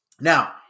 Now